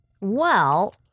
Well-